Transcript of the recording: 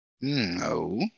No